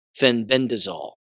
fenbendazole